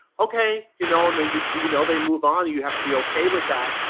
okay, you know and then you you know they move on, you have to be okay with that,